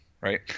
right